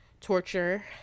torture